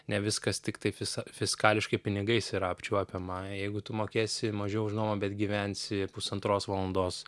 ne viskas tiktai fiska fiskališkai pinigais yra apčiuopiama jeigu tu mokėsi mažiau žinoma bet gyvensi pusantros valandos